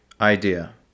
idea